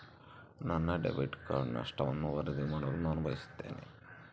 ನನ್ನ debit card ನಷ್ಟವನ್ನು ವರದಿ ಮಾಡಲು ನಾನು ಬಯಸುತ್ತೇನೆ